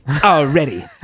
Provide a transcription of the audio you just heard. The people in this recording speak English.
already